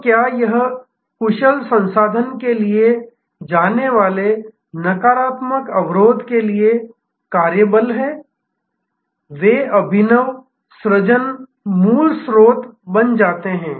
तो क्या यह कुशल संसाधन के लिए जाने वाले नकारात्मक अवरोध के लिए कार्यबल है वे अभिनव सृजन मूलस्रोत बन जाते हैं